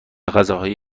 غذاهای